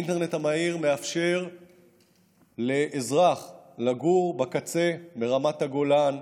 האינטרנט המהיר מאפשר לאזרח לגור בקצה ברמת הגולן,